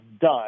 done